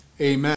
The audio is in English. Amen